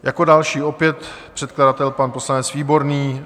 Jako další opět pan předkladatel pan poslanec Výborný.